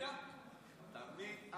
אתה מבין?